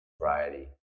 variety